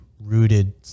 rooted